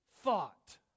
thought